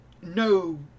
no